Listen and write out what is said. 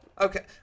Okay